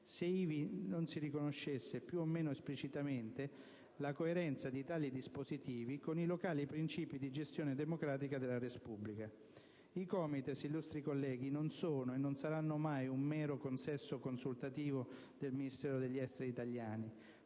se ivi non si riconoscesse più o meno esplicitamente la coerenza di tali dispositivi con i locali principi di gestione democratica della *res publica*. I COMITES, illustri colleghi, non sono e non saranno mai un mero consesso consultativo del Ministero degli affari esteri italiano;